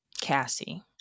Cassie